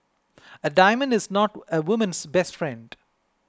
a diamond is not a woman's best friend